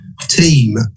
team